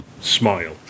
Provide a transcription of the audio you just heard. smile